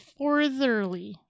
Fortherly